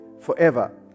forever